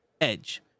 Edge